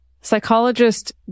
psychologist